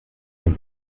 dem